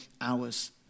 hours